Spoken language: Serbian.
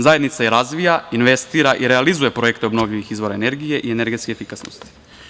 Zajednica razvija, investira i realizuje projekte obnovljivih izvora energije i energetske efikasnosti.